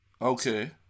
okay